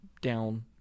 down